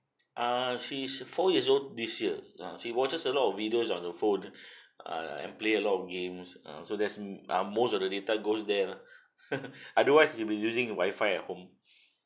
ah she is four years old this year ah she watches a lot of videos on the phone err and play a lot of games ah so there's m~ uh most of the data goes there lah otherwise it'll using wifi at home